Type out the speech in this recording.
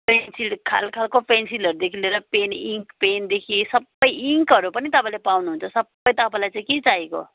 pencil खाल खालको पेन्सिलहरूदेखि लिएर पेन इङ्क पेनदेखि सबै इङ्कहरू पनि तपाईँले पाउनुहुन्छ सबै तपाईँलाई चाहिँ के चाहिएको